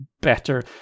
better